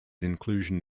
inclusion